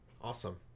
Awesome